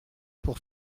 pour